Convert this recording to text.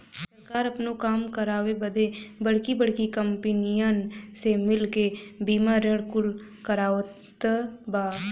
सरकार आपनो काम करावे बदे बड़की बड़्की कंपनीअन से मिल क बीमा ऋण कुल करवावत बा